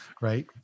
right